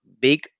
big